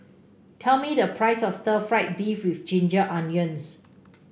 tell me the price of Stir Fried Beef with Ginger Onions